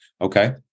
okay